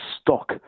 stock